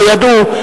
לא ידעו.